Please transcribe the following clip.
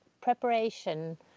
preparation